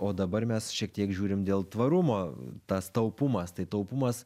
o dabar mes šiek tiek žiūrim dėl tvarumo tas taupumas tai taupumas